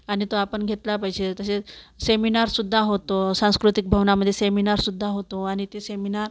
आणि तो आपण घेतला पाहिजे तसेच सेमिनारसुद्धा होतो सांस्कृतिक भवनामध्ये सेमिनारसुद्धा होतो आणि ती सेमिनार